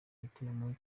gitaramo